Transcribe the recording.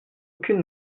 aucune